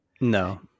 No